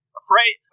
afraid